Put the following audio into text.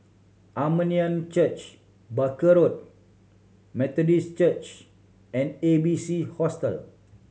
Armenian Church Barker Road Methodist Church and A B C Hostel